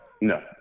no